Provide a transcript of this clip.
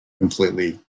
completely